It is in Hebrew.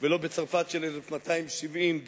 ולא בצרפת של 1270,